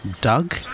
Doug